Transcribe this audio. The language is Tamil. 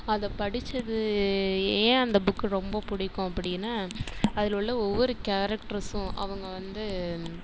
அதை படிச்சது ஏன் அந்த புக்கு ரொம்ப பிடிக்கும் அப்படின்னா அதில் உள்ள ஒவ்வொரு கேரக்டர்ஸும் அவங்க வந்து